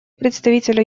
представителя